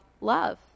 love